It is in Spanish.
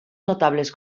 notables